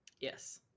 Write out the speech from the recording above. Yes